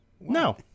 No